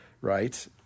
right